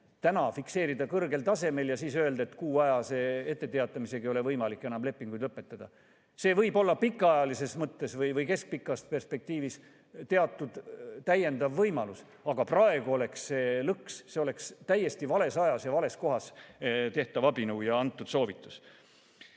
– fikseerida kõrgel tasemel ja siis öelda, et kuuajase etteteatamisega ei ole võimalik enam lepinguid lõpetada. See võib olla pikaajalises mõttes või keskpikas perspektiivis teatud võimalus, aga praegu oleks see lõks, see oleks täiesti vales ajas ja vales kohas tehtav abinõu ja antud soovitus.